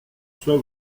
soit